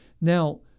Now